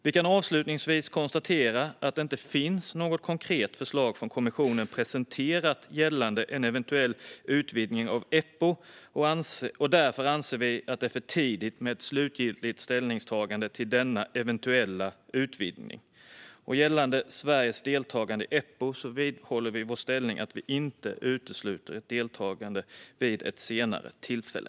Vi kan avslutningsvis konstatera att det inte finns något konkret förslag från kommissionen presenterat gällande en eventuell utvidgning av Eppo, och därför anser vi att det är för tidigt med ett slutgiltigt ställningstagande till denna utvidgning. Avseende Sveriges deltagande i Eppo vidhåller vi vårt ställningstagande att vi inte utesluter ett deltagande vid ett senare tillfälle.